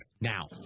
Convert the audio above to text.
now